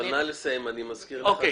מאה אחוזים ממקרי הרצח